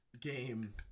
game